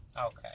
Okay